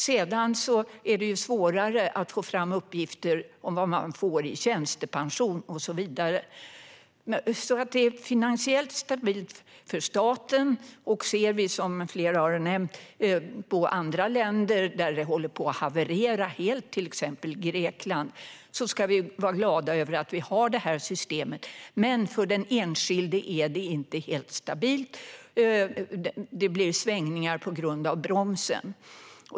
Det är svårare att få fram uppgifter om vad man får i tjänstepension och så vidare. Dagens system är alltså finansiellt stabilt för staten. Som andra har nämnt håller pensionssystemet i andra länder på att haverera helt, till exempel i Grekland. Därför ska vi vara glada över att vi har detta system. Men för den enskilde är det inte helt stabilt. Det blir svängningar på grund av bromsen.